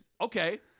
okay